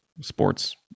sports